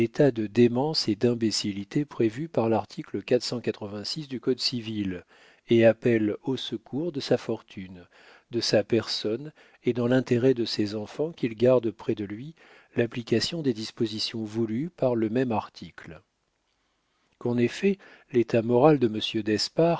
de démence et d'imbécillité prévu par larticle du code civil et appellent au secours de sa fortune de sa personne et dans l'intérêt de ses enfants qu'il garde près de lui l'application des dispositions voulues par le même article qu'en effet l'état moral de monsieur d'espard